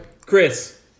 Chris